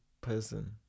person